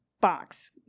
box